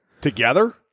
Together